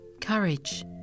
Courage